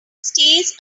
stays